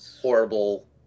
horrible